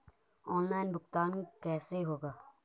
Online भुगतान कैसे होगा?